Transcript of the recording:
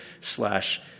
slash